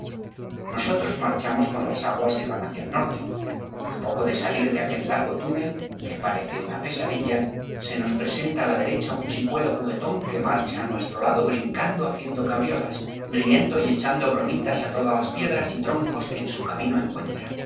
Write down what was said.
nosotros marchamos con las aguas que van hacia el norte a poco de salir de aquel largo túnel que parece una pesadilla se nos presenta á la derecha un chicuelo juguetón que marcha á nuestro lado brincando haciendo cabriolas riendo y echando bromitas á todas las piedras y troncos que en su camino encuentra